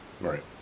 Right